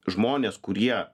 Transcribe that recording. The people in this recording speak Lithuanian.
žmonės kurie